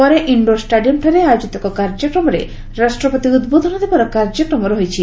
ପରେ ଇନ୍ଡୋର୍ ଷ୍ଟାଡିୟମ୍ଠାରେ ଆୟୋଜିତ ଏକ କାର୍ଯ୍ୟକ୍ରମରେ ରାଷ୍ଟ୍ରପତି ଉଦ୍ବୋଧନ ଦେବାର କାର୍ଯ୍ୟକ୍ରମ ରହିଛି